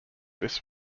this